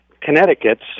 Connecticut's